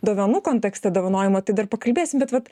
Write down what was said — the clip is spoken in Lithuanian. dovanų kontekste dovanojimo tai dar pakalbėsim bet vat